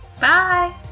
Bye